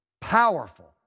powerful